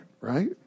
right